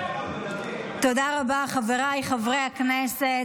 תודה רבה, חבריי חברי הכנסת.